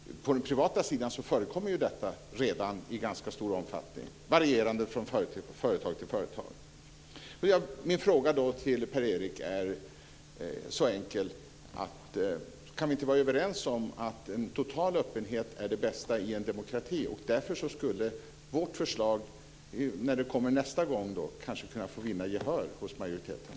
På den privata sidan förekommer detta redan i ganska stor omfattning. Det varierar från företag till företag. Min fråga till Per Erik Granström är: Kan vi inte vara överens om att en total öppenhet är det bästa i demokrati? Därför skulle kanske vårt förslag kunna vinna gehör hos majoriteten när det kommer nästa gång.